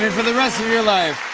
for the rest of your life.